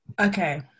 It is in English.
Okay